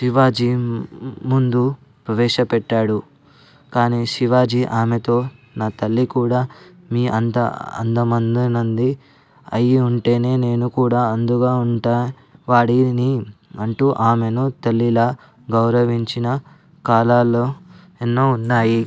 శివాజీ ముందు ప్రవేశపెట్టాడు కానీ శివాజీ ఆమెతో నా తల్లి కూడా మీ అంత అందమైనదని అయి ఉంటేనే నేను కూడా అందంగా ఉంటా వాడినని అంటూ ఆమెను తల్లిలా గౌరవించిన కాలాలు ఎన్నో ఉన్నాయి